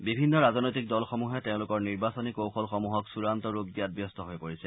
বিভিন্ন ৰাজনৈতিক দলসমূহে তেওঁলোকৰ নিৰ্বাচনী কৌশলসমূহক চূড়ান্ত ৰূপ দিয়াত ব্যস্ত হৈ পৰিছে